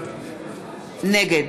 נגד